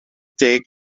deg